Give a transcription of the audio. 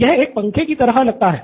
यह एक पंखे की तरह लगता है